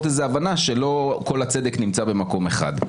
איזו הבנה שלא כל הצדק נמצא במקום אחד.